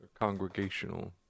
Congregational